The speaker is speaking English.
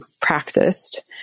practiced